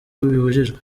bibujijwe